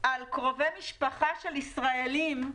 על קרובי משפחה של ישראלים,